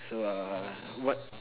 so err what